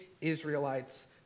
Israelites